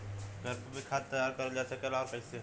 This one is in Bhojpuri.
घर पर भी खाद तैयार करल जा सकेला और कैसे?